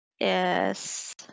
Yes